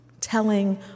telling